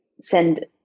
send